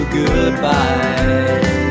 goodbye